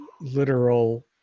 literal